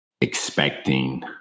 expecting